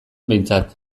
behintzat